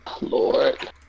Lord